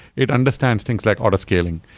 it understands things like auto scaling.